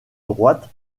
droite